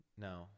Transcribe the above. No